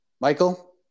Michael